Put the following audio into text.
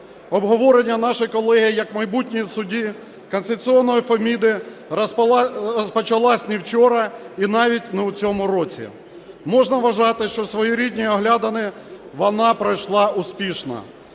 Обговорення нашої колеги як майбутньої судді конституційної Феміди, розпочалось не вчора і навіть не у цьому році, можна вважати, що своєрідні оглядини вона пройшла успішно.